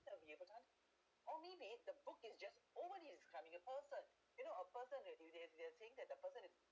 or maybe the book is just over describing a person you know a person you know a person if if if they are saying that the person is